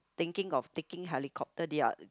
thinking of taking helicopter they are